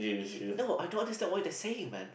!ee! no I don't understand what they saying man